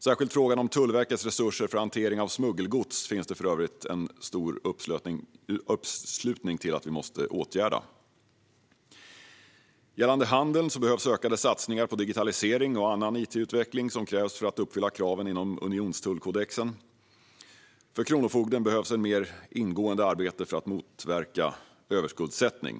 Särskilt frågan om Tullverkets resurser för hantering av smuggelgods finns det för övrigt en stor uppslutning kring att vi måste åtgärda. Gällande handeln behövs ökade satsningar på digitalisering och annan it-utveckling som krävs för att uppfylla kraven inom unionstullkodexen. För Kronofogden behövs ett mer ingående arbete för att motverka överskuldsättning.